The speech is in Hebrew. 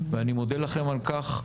ואני מודה לכם על כך.